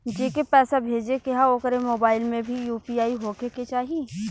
जेके पैसा भेजे के ह ओकरे मोबाइल मे भी यू.पी.आई होखे के चाही?